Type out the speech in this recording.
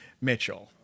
Mitchell